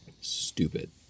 Stupid